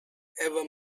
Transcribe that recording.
ever